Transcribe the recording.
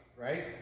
right